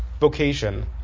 vocation